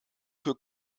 für